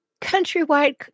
countrywide